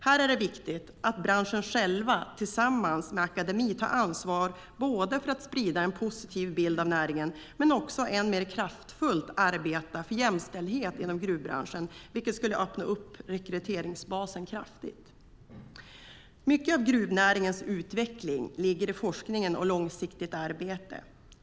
Här är det viktigt att branschen tillsammans med akademin tar ansvar både för att sprida en positiv bild av näringen och för att än mer kraftfullt arbeta för jämställdhet inom gruvbranschen, vilket skulle öppna upp rekryteringsbasen kraftigt. Mycket av gruvnäringens utveckling ligger i forskningen och i långsiktigt arbete.